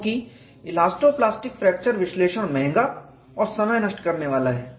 क्योंकि elasto plastic fracture विश्लेषण महंगा और समय नष्ट करने वाला है